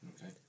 Okay